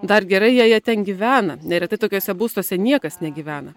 dar gerai jei jie ten gyvena neretai tokiuose būstuose niekas negyvena